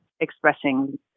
expressing